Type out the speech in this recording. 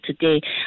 today